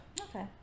Okay